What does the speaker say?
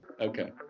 Okay